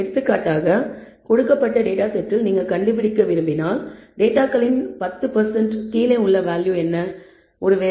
எடுத்துக்காட்டாக கொடுக்கப்பட்ட டேட்டா செட்டில் நீங்கள் கண்டுபிடிக்க விரும்பினால் டேட்டாகளின் 10 கீழே உள்ள வேல்யூ என்ன ஒருவேளை 1